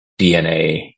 DNA